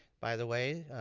by the way,